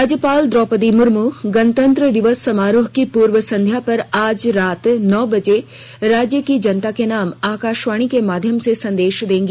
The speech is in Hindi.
राज्यपाल द्रौपदी मुर्मू गणतंत्र दिवस समारोह की पूर्व संख्या पर आज राज नौ बजे राज्य की जनता के नाम आकाशवाणी के माध्यम से संदेश देंगी